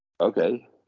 okay